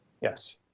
Yes